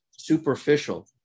superficial